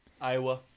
Iowa